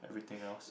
everything else